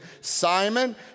Simon